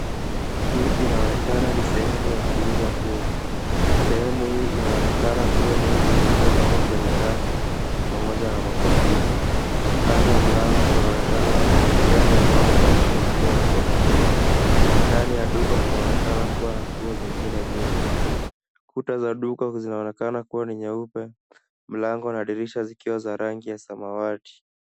Hii inaonekana ni sehemu ya kuuza nguo. Sehemu hii inaonekana nguo nyingi zilizo pangwa kwenye rafu pamoja na makofia. Kando ya mlango kunaonekana na manekeni ambao wamevalishwa nguo na kofia. Ndani ya duka kunaonekana kuwa na nguo zingine nyingi. Kuta za duka zinaonekana kuwa ni nyeupe, mlango na dirisha zikiwa za rangi ya samawati.